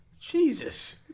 Jesus